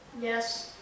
Yes